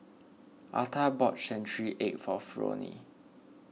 Arta bought Century Egg for Fronie